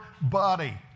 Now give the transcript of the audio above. body